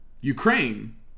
Ukraine